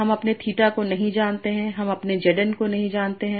हम अपने थीटा को नहीं जानते हम अपना Z n नहीं हैं